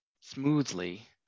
smoothly